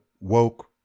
woke